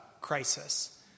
crisis